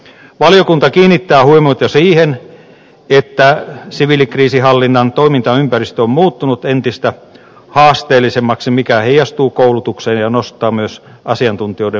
valiokunta kiinnittää huomiota siihen että siviilikriisinhallinnan toimintaympäristö on muuttunut entistä haasteellisemmaksi mikä heijastuu koulutukseen ja nostaa myös asiantuntijoiden varustamisen kustannuksia